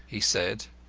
he said.